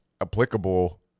applicable